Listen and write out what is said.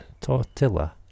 Tortilla